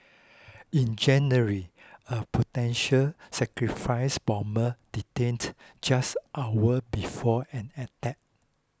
in January a potential sacrifice bomber detained just hours before an attack